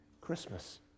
Christmas